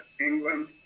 England